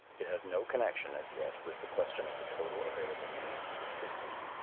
it has no connection as yet with the question of the total available means of subsistence.